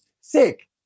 sick